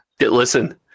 Listen